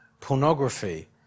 pornography